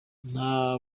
nta